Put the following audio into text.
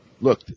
look